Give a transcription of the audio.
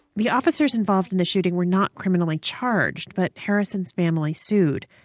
the officers involved in the shooting were not criminally charged, but harrison's family sued.